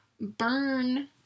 burn